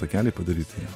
takeliai padaryti